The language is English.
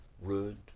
rude